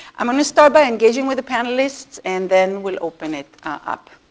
i'm going to start by engaging with the panelists and then we'll open it up.